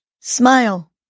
Smile